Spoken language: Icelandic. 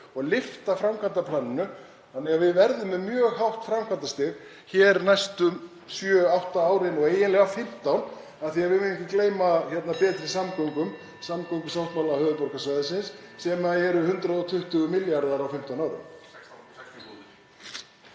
og lyfta framkvæmdaplaninu þannig að við verðum með mjög hátt framkvæmdastig hér næstu sjö, átta árin og eiginlega 15, af því að við megum ekki gleyma betri samgöngum, samgöngusáttmála höfuðborgarsvæðisins sem eru 120 milljarðar á 15 árum.